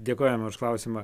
dėkojame už klausimą